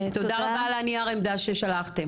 תודה רבה על נייר העמדה ששלחתם.